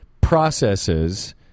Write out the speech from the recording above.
processes